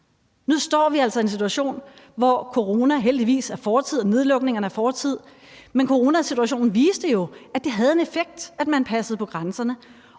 Nu står vi altså i en situation, hvor corona heldigvis er fortid og nedlukningerne er fortid, men coronasituationen viste jo, at det havde en effekt, at man passede på grænserne,